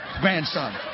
Grandson